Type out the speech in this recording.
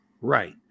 Right